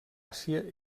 àsia